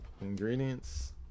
ingredients